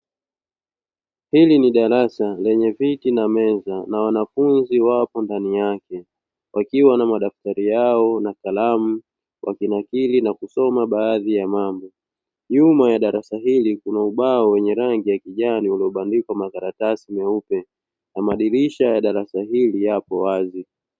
Hili ni darasa lenye viti na meza na wanafunzi wapo ndani yake; wakiwa na madaftari yao na kalamu wakinakili na kusoma baadhi ya mambo. Nyuma ya darasa hili kuna ubao wenye rangi ya kijani uliobandikwa makaratasi meupe na madirisha ya darasa hili yapo wazi.